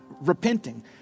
repenting